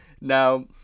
Now